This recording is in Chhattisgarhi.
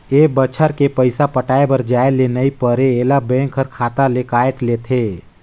ए बच्छर के पइसा पटाये बर जाये ले नई परे ऐला बेंक हर खाता ले कायट लेथे